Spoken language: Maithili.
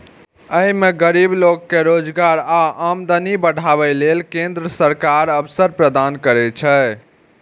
अय मे गरीब लोक कें रोजगार आ आमदनी बढ़ाबै लेल केंद्र सरकार अवसर प्रदान करै छै